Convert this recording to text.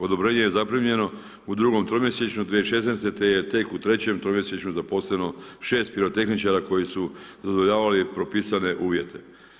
Odobrenje je zaprimljeno u drugom tromjesečju 2016. te je tek u trećem tromjesečju zaposleno 6 pirotehničara koji su zadovoljavali propisane uvjete.